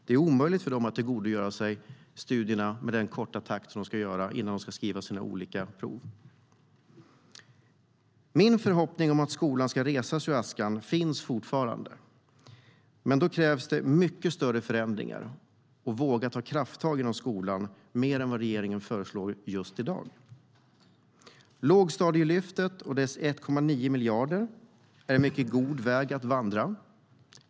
Det är omöjligt för dem att tillgodogöra sig kunskaperna på den korta tid de har innan de ska skriva sina olika prov. Ett lågstadielyft för 1,9 miljarder är en god väg att vandra.